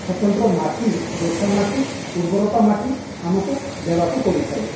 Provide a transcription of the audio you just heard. ସ୍ଵତନ୍ତ୍ର ମାଟି ଦୋର୍ଶା ମାଟି ଉର୍ବରତା ମାଟି ଆମକୁ ଦେବାକୁ ପଡ଼ିଥାଏ